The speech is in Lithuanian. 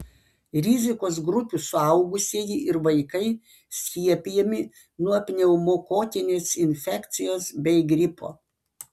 rizikos grupių suaugusieji ir vaikai skiepijami nuo pneumokokinės infekcijos bei gripo